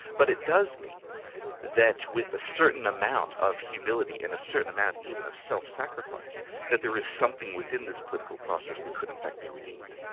but it does mean that with a certain amount of humility and a certain amount even of self-sacrifice that there is something within this political process that could in fact be redeemed.